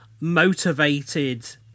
motivated